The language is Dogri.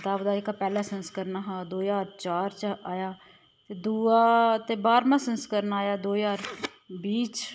कताब दा जेह्का पैह्ला संस्करण हा ओह् दो ज्हार चार च आया ते दूआ ते बारह्मां संस्करण आया दो ज्हार बीह् च